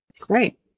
Great